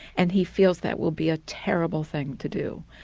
and he feels that will be a terrible thing to do.